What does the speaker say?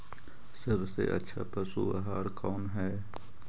सबसे अच्छा पशु आहार कौन है?